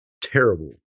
terrible